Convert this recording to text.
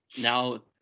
now